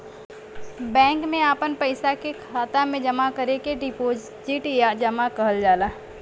bank मे आपन पइसा के खाता मे जमा करे के डीपोसिट या जमा कहल जाला